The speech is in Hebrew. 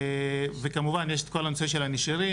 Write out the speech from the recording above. בארץ, וכמובן שיש את כל הנושא של הנשירים.